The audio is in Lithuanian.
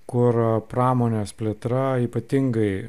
kur pramonės plėtra ypatingai